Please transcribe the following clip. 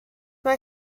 mae